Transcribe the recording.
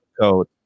code